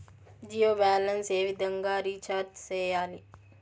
Jio balance ఏ విధంగా recharge సేయాలి?